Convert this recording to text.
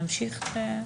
נמשיך.